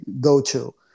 go-to